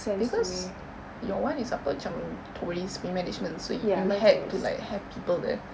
because your [one] is apa macam tourist punya management so you you had to like have people there